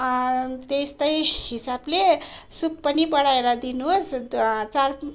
त्यस्तै हिसाबले सुप पनि बढाएर दिनुहोस् त चार